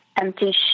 empty